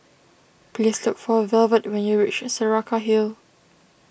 please look for Velvet when you reach Saraca Hill